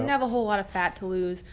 have a whole lot of fat to lose.